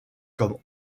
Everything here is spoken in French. comme